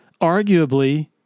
arguably